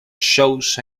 shows